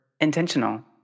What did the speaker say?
intentional